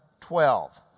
twelve